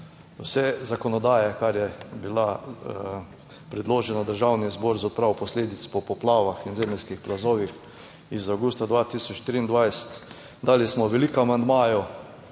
vse zakonodaje, kar je bila predložena v Državni zbor za odpravo posledic poplavah in zemeljskih plazovih iz avgusta 2023, dali smo veliko amandmajev,